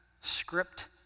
script